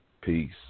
Peace